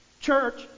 Church